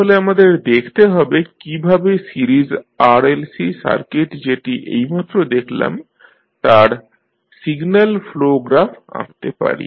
তাহলে আমাদের দেখতে হবে কীভাবে সিরিজ RLC সার্কিট যেটি এইমাত্র দেখলাম তার সিগন্যাল ফ্লো গ্রাফ আঁকতে পারি